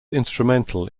instrumental